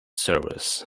serves